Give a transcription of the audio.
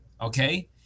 Okay